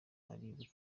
ari